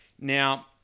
Now